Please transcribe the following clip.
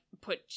put